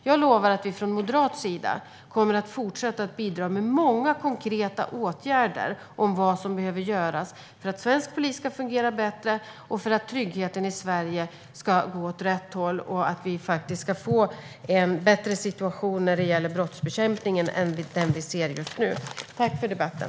Jag lovar att vi från moderat sida kommer att fortsätta att bidra med många konkreta åtgärder för att svensk polis ska fungera bättre och för att tryggheten i Sverige ska gå åt rätt håll så att vi får en bättre situation när det gäller brottsbekämpningen än den vi ser just nu. Tack för debatten.